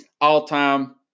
all-time